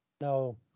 No